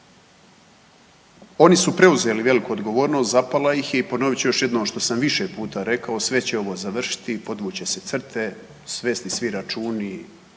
Oni su preuzeli veliku odgovornost zapala ih je i ponovit ću još jednom što sam više puta rekao, sve će ovo završiti i podvuć će se crte, svesti svi računi